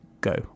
go